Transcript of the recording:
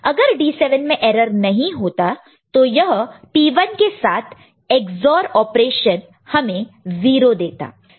अगर D7 में error नहीं होता तो यह P1 के साथ EX OR ऑपरेशन हमें 0 देता